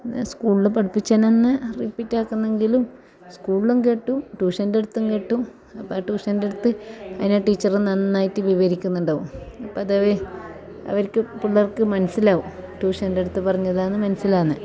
പിന്നെ സ്കൂളിൽ പഠിപ്പിച്ചത് തന്നെ റിപ്പീറ്റാക്കുന്നെങ്കിലും സ്കൂളിലും കേട്ടു ട്യൂഷൻ്റെ അടുത്തും കേട്ടു അപ്പം ട്യൂഷൻ്റെ അടുത്ത് അതിനെ ടീച്ചറ് നന്നായിട്ട് വിവരിക്കുന്നുണ്ടാവും അപ്പം അതവർ അവർക്ക് പിള്ളേർക്ക് മനസ്സിലാകും ട്യൂഷൻ്റെ അടുത്ത് പറഞ്ഞതാണ് മനസ്സിലാകുന്നത്